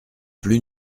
plus